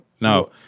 no